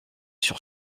sur